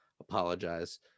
apologize